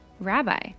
Rabbi